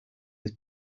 his